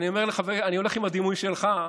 אני הולך עם הדימוי שלך.